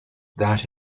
that